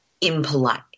impolite